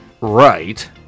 right